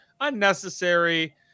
unnecessary